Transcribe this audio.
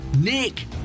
Nick